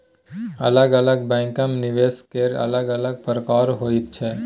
अलग अलग बैंकमे निवेश केर अलग अलग प्रकार होइत छै